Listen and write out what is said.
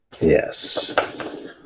Yes